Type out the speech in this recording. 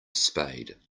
spade